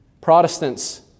Protestants